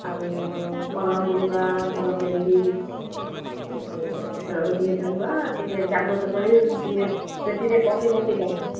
ଆଉ କଲମ ଗୁଡ଼ା ଭଲ ପେନ୍ସିଲ୍ ଏସବୁ ଜିନିଷ ଗୁଡ଼ା ଟିକେ ଜାଗ୍ରତ କରି ଟିକେ ପେଟିରେ ପକାଇ ପକାଇ ଦେବ